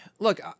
Look